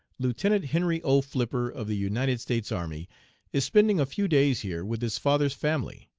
lieutenant henry o. flipper of the united states army is spending a few days here with his father's family,